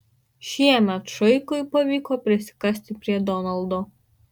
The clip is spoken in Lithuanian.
šiemet šaikui pavyko prisikasti prie donaldo